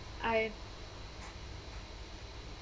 I've